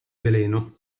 veleno